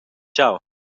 tgau